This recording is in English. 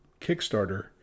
Kickstarter